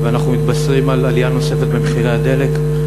ואנחנו מתבשרים על עלייה נוספת במחירי הדלק.